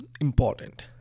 important